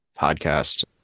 podcast